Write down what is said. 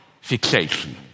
fixation